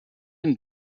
and